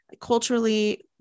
culturally